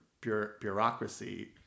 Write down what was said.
Bureaucracy